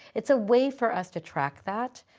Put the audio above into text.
it's a way for us to track that.